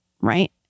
right